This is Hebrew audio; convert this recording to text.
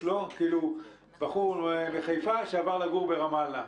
נניח בחור מחיפה שעבר לגור ברמאללה.